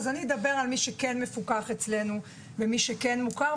ואני אדבר על מי שכן מפוקח אצלנו ומי שמוכר אצלנו.